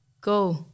go